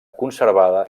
conservada